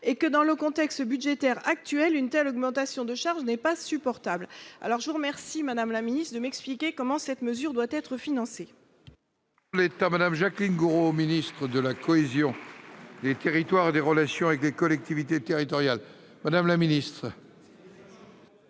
et que, « dans le contexte budgétaire actuel, une telle augmentation de charge n'est pas supportable ». Je vous remercie donc, madame la ministre, de bien vouloir m'expliquer comment cette mesure doit être financée.